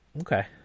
Okay